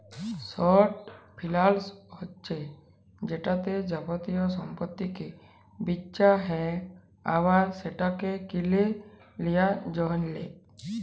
short ফিলালস হছে যেটতে যাবতীয় সম্পত্তিকে বিঁচা হ্যয় আবার সেটকে কিলে লিঁয়ার জ্যনহে